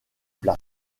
place